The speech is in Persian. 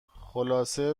خلاصه